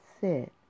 sit